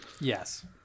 yes